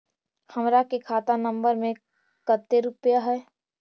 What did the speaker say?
हमार के खाता नंबर में कते रूपैया है?